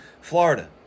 Florida